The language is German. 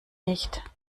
nicht